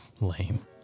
Lame